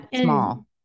small